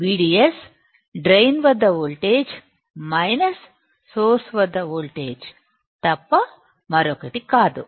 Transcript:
VDS drain వద్ద voltage minus source వద్ద voltage తప్ప మరొకటి కాదు